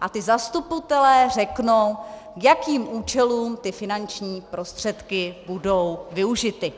a ti zastupitelé řeknou, k jakým účelům ty finanční prostředky budou využity.